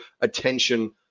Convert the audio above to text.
attention